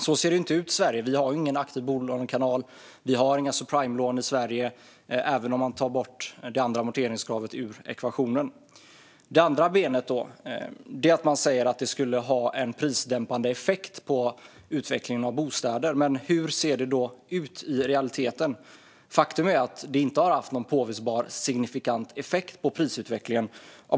Så ser det inte ut i Sverige. Vi har ingen aktiv bolånekanal. Vi har inga subprimelån i Sverige, även om man tar bort det andra amorteringskravet ur ekvationen. Det andra var att man sa att det skulle ha en prisdämpande effekt när det gäller bostäder. Men hur ser det ut i realiteten? Faktum är ju att det inte har haft någon påvisbar signifikant effekt på priserna.